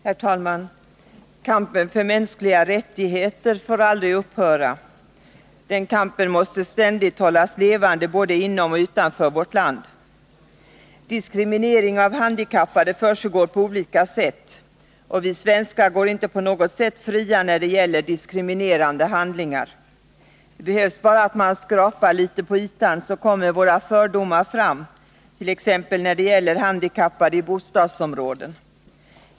Herr talman! Kampen för mänskliga rättigheter får aldrig upphöra. Den kampen måste ständigt hållas levande både inom och utanför vårt land. Diskriminering av handikappade försiggår på olika sätt. Vi svenskar går inte på något sätt fria när det gäller diskriminerande handlingar. Det behövs bara att man skrapar litet på ytan. så kommer våra fördomar fram. t.ex. när det gäller handikappade i bostadsområden.